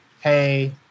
hey